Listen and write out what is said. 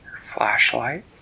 flashlight